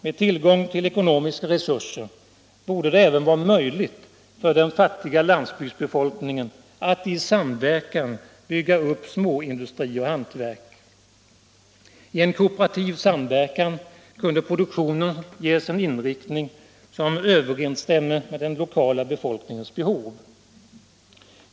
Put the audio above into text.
Med tillgång till ekonomiska resurser borde det även vara möjligt för den fattiga landsbygdsbefolkningen att i samverkan bygga upp småindustri och hantverk. I en kooperativ samverkan kunde produktionen ges en inriktning som överensstämmer med den lokala befolkningens behov.